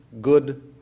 Good